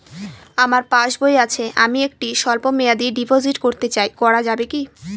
আমার পাসবই আছে আমি একটি স্বল্পমেয়াদি ডিপোজিট করতে চাই করা যাবে কি?